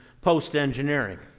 post-engineering